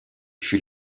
fut